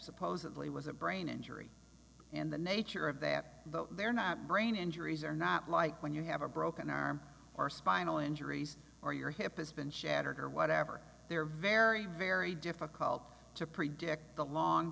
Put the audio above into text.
supposedly was a brain injury and the nature of that but they're not brain injuries are not like when you have a broken arm or spinal injuries or your hip has been shattered or whatever they're very very difficult to predict the long